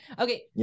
Okay